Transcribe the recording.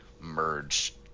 merge